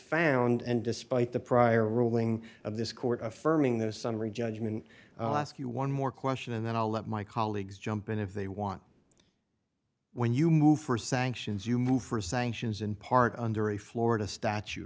found and despite the prior ruling of this court affirming the summary judgment ask you one more question and then i'll let my colleagues jump in if they want when you move for sanctions you move for sanctions in part under a florida statute